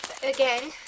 Again